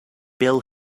bill